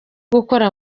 gukora